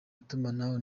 itumanaho